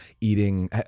eating